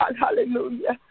hallelujah